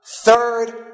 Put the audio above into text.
Third